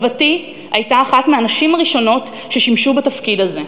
סבתי הייתה אחת הנשים הראשונות ששימשו בתפקיד הזה.